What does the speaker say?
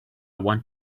want